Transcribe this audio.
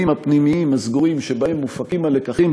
הפנימיים הסגורים שבהם מופקים הלקחים,